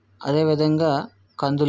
అదే విధంగా కందులు